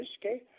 okay